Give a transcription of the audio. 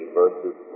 verses